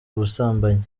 ubusambanyi